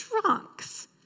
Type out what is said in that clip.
trunks